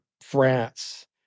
France